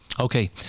Okay